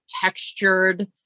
textured